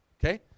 Okay